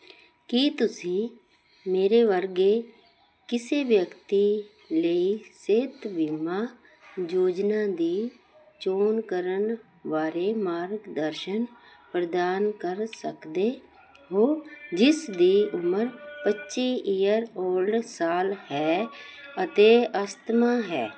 ਕੀ ਤੁਸੀਂ ਮੇਰੇ ਵਰਗੇ ਕਿਸੇ ਵਿਅਕਤੀ ਲਈ ਸਿਹਤ ਬੀਮਾ ਯੋਜਨਾ ਦੀ ਚੋਣ ਕਰਨ ਬਾਰੇ ਮਾਰਗਦਰਸ਼ਨ ਪ੍ਰਦਾਨ ਕਰ ਸਕਦੇ ਹੋ ਜਿਸ ਦੀ ਉਮਰ ਪੱਚੀ ਈਅਰ ਓਲਡ ਸਾਲ ਹੈ ਅਤੇ ਅਸਥਮਾ ਹੈ